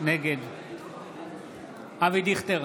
נגד אבי דיכטר,